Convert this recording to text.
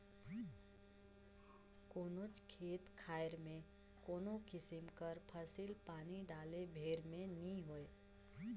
कोनोच खेत खाएर में कोनो किसिम कर फसिल पानी डाले भेर में नी होए